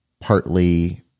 partly